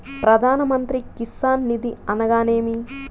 ప్రధాన మంత్రి కిసాన్ నిధి అనగా నేమి?